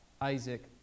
Isaac